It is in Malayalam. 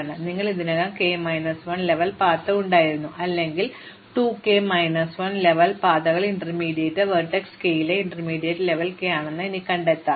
എന്നിട്ട് നിങ്ങൾ ഇതിനകം കെ മൈനസ് 1 ലെവൽ പാത്ത് ഉണ്ടായിരുന്നു അല്ലെങ്കിൽ 2 കെ മൈനസ് 1 ലെവൽ പാതകൾ ഇന്റർമീഡിയറ്റ് വെർട്ടെക്സ് കെയിലെ ഇന്റർമീഡിയറ്റ് ലെവൽ കെ ആണെന്ന് എനിക്ക് കണ്ടെത്താം